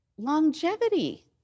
Longevity